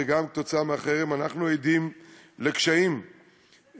וגם בעקבות החרם, אנחנו עדים לקשיים כלכליים,